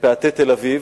בפאתי תל-אביב,